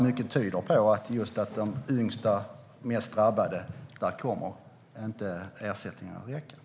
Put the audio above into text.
Mycket tyder på att för de yngsta och mest drabbade kommer ersättningen inte att räcka.